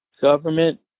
government